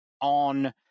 on